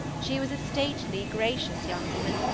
she was a stately, gracious young woman,